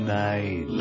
night